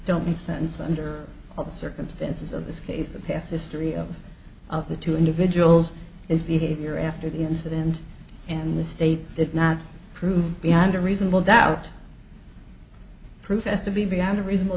don't make sense under all the circumstances of this case the past history of the two individuals his behavior after the incident and the state did not prove beyond a reasonable doubt professed to be beyond a reasonable